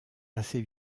assez